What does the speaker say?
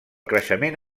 creixement